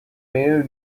male